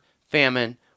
famine